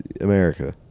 America